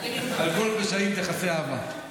על כל פשעים תכסה אהבה.